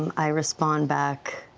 i respond back,